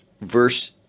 verse